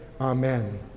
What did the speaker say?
Amen